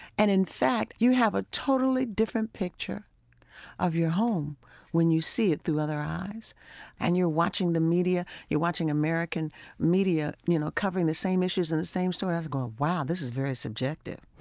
and, in fact, you have a totally different picture of your home when you see it through other eyes and you're watching the media, you're watching american media you know covering the same issues and the same story. i was going, wow. this is very subjective